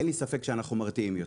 אין לי ספק שאנחנו מרתיעים יותר.